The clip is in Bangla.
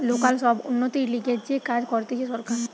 লোকাল সব উন্নতির লিগে যে কাজ করতিছে সরকার